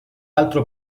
altre